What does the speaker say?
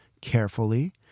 carefully